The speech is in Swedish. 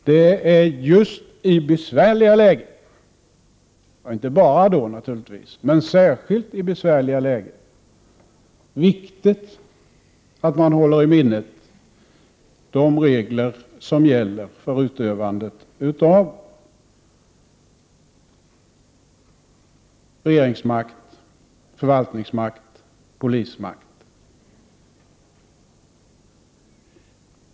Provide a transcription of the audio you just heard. Det är särskilt i besvärliga lägen, men naturligtvis inte bara då, viktigt att man håller i minnet de regler som gäller för utövandet av regeringsmakt, förvaltningsmakt och polismakt.